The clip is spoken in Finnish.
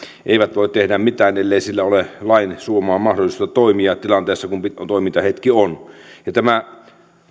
eivät voi tehdä mitään ellei heillä ole lain suomaa mahdollisuutta toimia tilanteessa kun toimintahetki on tämä